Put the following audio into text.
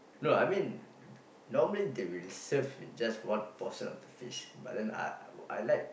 no I mean normally they will serve just one portion of the fish but then uh I like